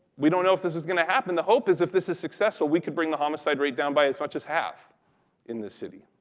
we don't know if this is gonna happen. the hope is if this is successful, we could bring the homicide rate down by as much as half in this city,